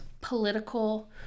political